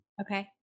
okay